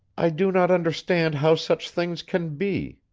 i do not understand how such things can be,